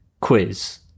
quiz